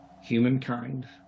humankind